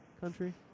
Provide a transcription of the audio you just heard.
country